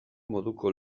moduko